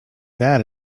that